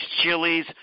chilies